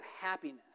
happiness